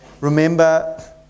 remember